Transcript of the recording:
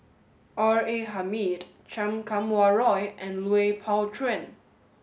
R A Hamid Chan Kum Wah Roy and Lui Pao Chuen